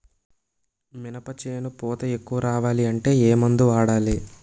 మినప చేను పూత ఎక్కువ రావాలి అంటే ఏమందు వాడాలి?